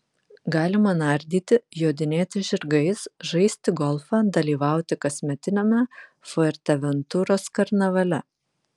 galima nardyti jodinėti žirgais žaisti golfą dalyvauti kasmetiniame fuerteventuros karnavale